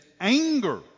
anger